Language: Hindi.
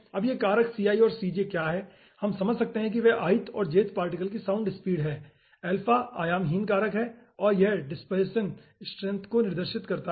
अब ये कारक ci और cj क्या हैं हम समझ सकते हैं कि वे ith और jth पार्टिकल की साउंड स्पीड हैं आयामहीन कारक हैं और यह डिसिपेसन स्ट्रेंथ को नियंत्रित करता है